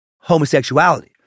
homosexuality